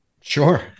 Sure